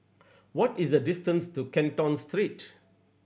what is the distance to Canton Street